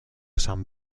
san